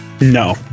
No